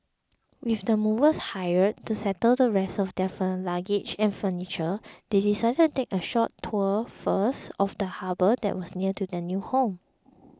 with the movers hired to settle the rest of their fur luggage and furniture they decided to take a short tour first of the harbour that was near to their new home